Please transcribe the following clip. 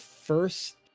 first